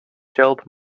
shelled